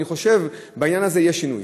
אני חושב שבעניין הזה יהיה שינוי.